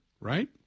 right